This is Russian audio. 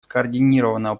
скоординированного